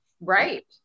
Right